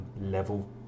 level